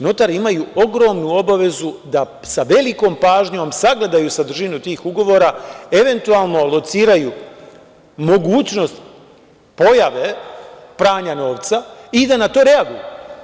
Notari imaju ogromnu obavezu da sa velikom pažnjom sagledaju sadržinu tih ugovora, eventualno lociraju mogućnost pojave pranja novca i da na to reaguju.